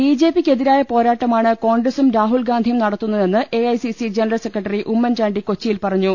ബിജെപിക്കെതിരായ പോരാട്ടമാണ് കോൺഗ്രസും രാഹുൽഗാ ന്ധിയും നടത്തുന്നതെന്ന് എഐസിസി ജനറൽ സെക്രട്ടറി ഉമ്മൻചാണ്ടി കൊച്ചിയിൽ പറഞ്ഞു